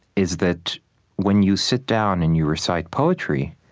is that when you sit down and you recite poetry,